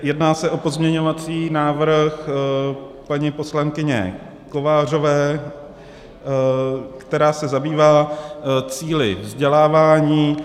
Jedná se o pozměňovací návrh paní poslankyně Kovářové, která se zabývá cíli vzdělávání.